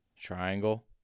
Triangle